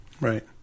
Right